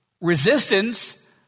resistance